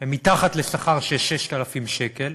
הן מתחת לשכר של 6,000 שקל,